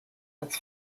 its